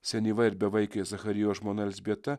senyva ir bevaikė zacharijo žmona elzbieta